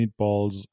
Meatballs*